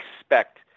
expect